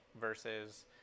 versus